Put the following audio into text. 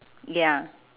ya